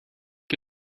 que